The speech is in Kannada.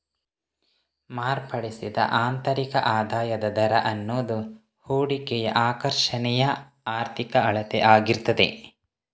ಮಾರ್ಪಡಿಸಿದ ಆಂತರಿಕ ಆದಾಯದ ದರ ಅನ್ನುದು ಹೂಡಿಕೆಯ ಆಕರ್ಷಣೆಯ ಆರ್ಥಿಕ ಅಳತೆ ಆಗಿರ್ತದೆ